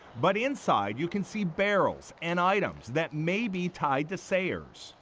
but inside, you can see barrels and items that may be tied to sayers.